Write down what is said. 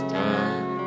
time